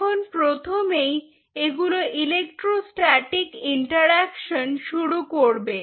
এখন প্রথমেই এগুলো ইলেকট্রোস্ট্যাটিক ইন্টার অ্যাকশন শুরু করবে